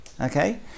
Okay